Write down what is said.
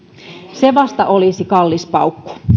se vasta olisi kallis paukku